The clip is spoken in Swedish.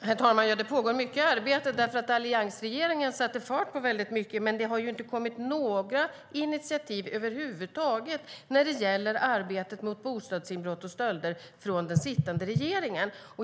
Herr talman! Det pågår mycket arbete eftersom alliansregeringen satte fart på mycket, men det har inte kommit några initiativ över huvud taget från den sittande regeringen när det gäller arbetet mot bostadsinbrott och stölder.